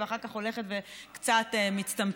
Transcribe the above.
ואחר כך הולכת וקצת מצטמצמת,